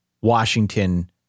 Washington